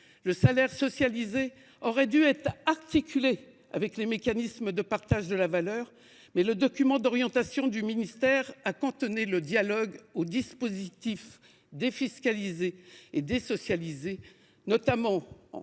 Le salaire socialisé aurait dû être articulé avec les mécanismes de partage de la valeur ; mais le document d’orientation du ministère a limité le dialogue aux dispositifs défiscalisés et désocialisés, notamment la